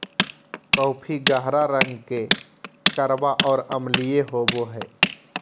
coffee गहरा रंग के कड़वा और अम्लीय होबो हइ